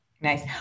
Nice